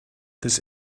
this